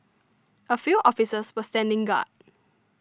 a few officers were standing guard